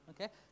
Okay